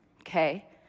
okay